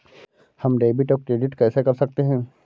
हम डेबिटऔर क्रेडिट कैसे कर सकते हैं?